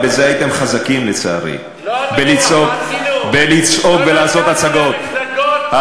בזה הייתם חזקים, לצערי, בלצעוק ולעשות הצגות.